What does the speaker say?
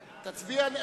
להצביע.